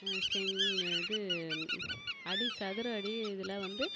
செங் இது அடி சதுர அடி இதில் வந்து